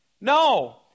No